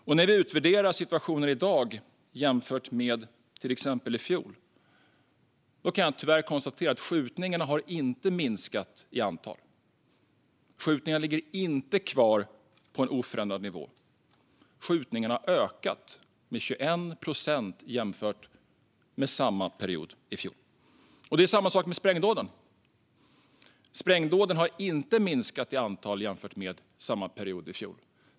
Vi kan utvärdera situationen i dag och till exempel jämföra med hur det var i fjol. Jag kan tyvärr konstatera att skjutningarna inte har minskat i antal. Skjutningarna ligger inte kvar på en oförändrad nivå. Skjutningarna har ökat med 21 procent jämfört med samma period i fjol. Det är samma sak med sprängdåden. Sprängdåden har inte minskat i antal jämfört med samma period i fjol.